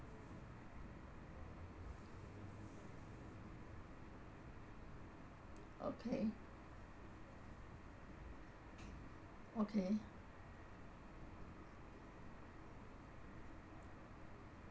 okay okay